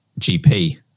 GP